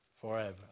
forever